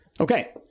Okay